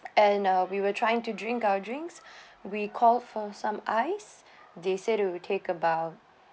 and uh we were trying to drink our drinks we called for some ice they said it would take about